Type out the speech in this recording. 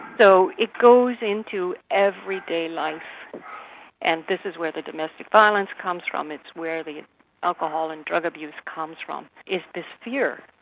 so it goes into everyday life and this is where the domestic violence comes from, it's where the alcohol and drug abuse comes from, is this fear.